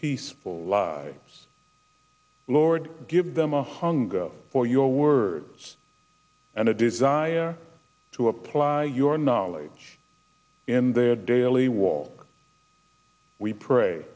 peaceful lives lord give them a hunger for your words and a desire to apply your knowledge in their daily will we pray